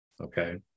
okay